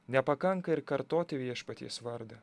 nepakanka ir kartoti viešpaties vardą